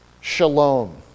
shalom